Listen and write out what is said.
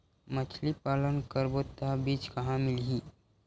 मछरी पालन करबो त बीज कहां मिलही?